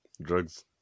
drugs